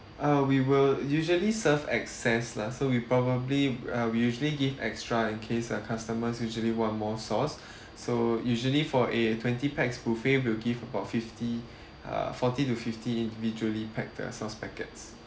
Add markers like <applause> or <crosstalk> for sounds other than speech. uh we will usually serve excess lah so we probably uh we usually give extra in case uh customers usually want more sauce <breath> so usually for a twenty pax buffet will give about fifty uh forty to fifty individually packed uh sauce packets